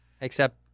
Except-